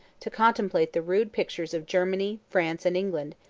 to contemplate the rude pictures of germany, france, and england,